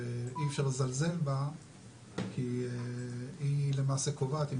שאי אפשר לזלזל בה כי היא למעשה קובעת אם